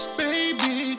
baby